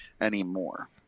anymore